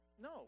No